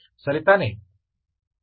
ಸರಿತಾನೇ